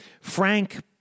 Frank